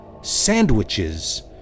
sandwiches